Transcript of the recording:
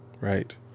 Right